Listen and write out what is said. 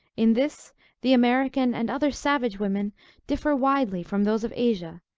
in this the american and other savage women differ widely from those of asia,